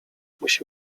musi